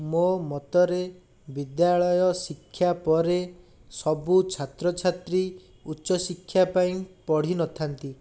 ମୋ ମତରେ ବିଦ୍ୟାଳୟ ଶିକ୍ଷା ପରେ ସବୁ ଛାତ୍ର ଛାତ୍ରୀ ଉଚ୍ଚ ଶିକ୍ଷା ପାଇଁ ପଢ଼ିନଥାନ୍ତି